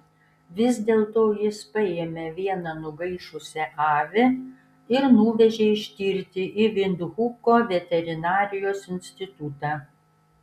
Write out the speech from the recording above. vis dėlto jis paėmė vieną nugaišusią avį ir nuvežė ištirti į vindhuko veterinarijos institutą